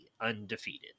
undefeated